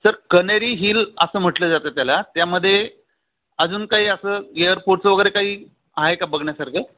sir Kaneri hill असं म्हटलं जातं त्याला त्यामध्ये अजून काही असं एअर फोर्स वगैरे काही आहे का बघण्यासारखं